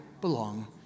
belong